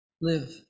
live